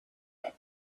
fear